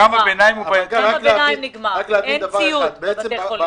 אין ציוד בבתי החולים.